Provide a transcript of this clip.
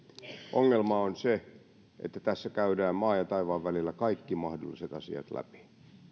ongelma on se että tässä käydään maan ja taivaan välillä kaikki mahdolliset asiat läpi